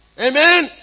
Amen